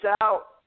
out